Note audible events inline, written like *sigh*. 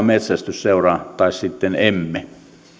*unintelligible* metsästysseuraan tai sitten emme